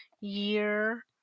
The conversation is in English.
year